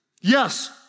Yes